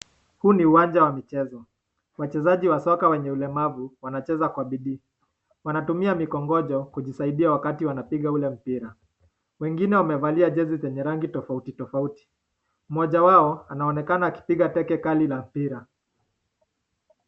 Huu ni uwanja wa michezo, wachezaji wa soka wenye ulemavu wanacheza kwa bidii, wanatumia mikongojo kujisaidia wakati wanapiga ule mpira, wengine wamevalia jezi zenye rangi tofauti tofauti, mmoja wao anaonekana akipiga teke kali la mpira.